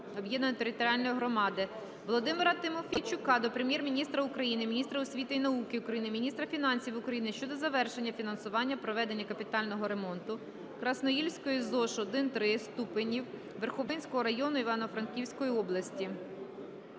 об'єднаної територіальної громади). Володимира Тимофійчука до Прем'єр-міністра України, міністра освіти і науки України, міністра фінансів України щодо завершення фінансування проведення капітального ремонту Красноїльської ЗОШ I-III ступенів Верховинського району, Івано-Франківської області.